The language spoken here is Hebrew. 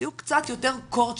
תהיו קצת יותר "קורצ'קים"